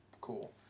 cool